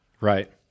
Right